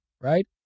right